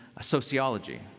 sociology